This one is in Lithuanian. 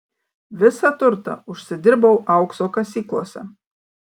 visą turtą užsidirbau aukso kasyklose